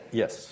yes